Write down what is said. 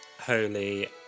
holy